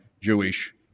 Jewish